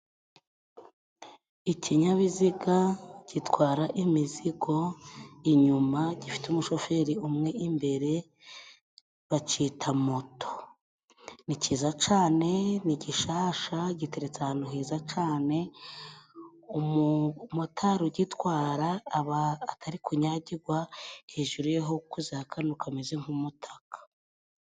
Ikinyabiziga gitwara imizigo inyuma gifite umushoferi umwe imbere bacyita moto. Ni cyiza cane, ni gishasha giteretse ahantu heza cane, umumotari ugitwara aba atari kunyagigwa, hejuru ye hakoze akantu kameze nk'umutaka.